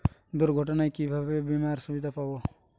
দুর্ঘটনায় কিভাবে বিমার সুবিধা পাব?